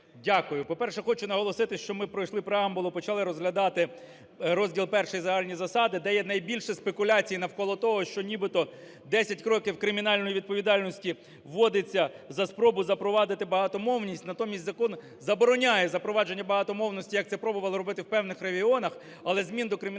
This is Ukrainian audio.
Дякую. По-перше, хочу наголосити, що пройшли преамбулу і почали розглядати Розділ І "Загальні засади", де є найбільше спекуляцій навколо того, що нібито 10 кроків кримінальної відповідальності вводиться за спробу запровадити багатомовність. Натомість закон забороняє запровадження багатомовності, як це пробували робити в певних регіонах, але змін до Кримінального